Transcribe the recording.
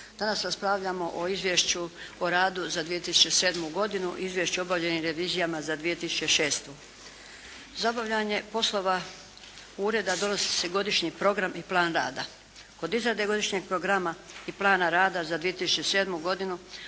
Danas raspravljamo o izvješću o radu za 2007. godinu, izvješću o obavljenim revizijama za 2006. Za obavljanje poslova ureda donosi se godišnji program i plan rada. Kod izrade godišnjeg programa i plana rada za 2007. godinu